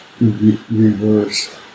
reverse